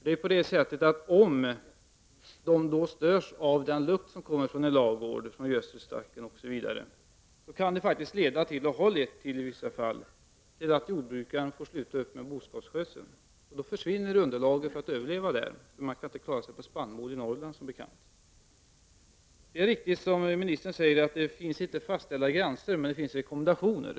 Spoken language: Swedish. Om människor störs av den lukt som kommer från en ladugård, från gödselstacken osv., kan det faktiskt leda till, och har lett till i vissa fall, att jordbrukaren får sluta med boskapsskötsel. Underlaget för att överleva på jordbruket försvinner därmed. Man kan som bekant inte klara sig på spannmålsodling i Norrland. Det är riktigt som ministern säger att det inte finns fastställda gränser. Men det finns rekommendationer.